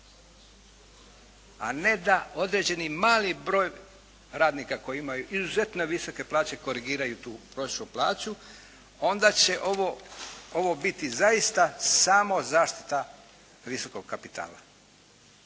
a ne da određeni mali broj radnika koji imaju izuzetno visoke plaće korigiraju tu prosječnu plaću, onda će ovo biti zaista samo zaštita visokog kapitala.